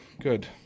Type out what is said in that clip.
good